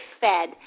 fed